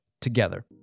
together